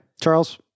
Charles